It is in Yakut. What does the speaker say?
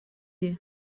дии